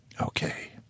Okay